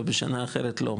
ובשנה אחרת לא.